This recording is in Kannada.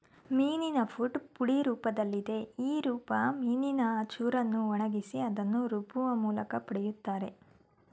ಮೀನಿನ ಫುಡ್ ಪುಡಿ ರೂಪ್ದಲ್ಲಿದೆ ಈ ರೂಪನ ಮೀನಿನ ಚೂರನ್ನ ಒಣಗ್ಸಿ ಅದ್ನ ರುಬ್ಬೋಮೂಲ್ಕ ಪಡಿತಾರೆ